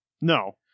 No